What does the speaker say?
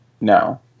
No